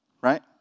right